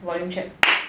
volume check